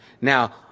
Now